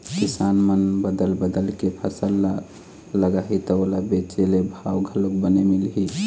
किसान मन बदल बदल के फसल ल लगाही त ओला बेचे ले भाव घलोक बने मिलही